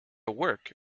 work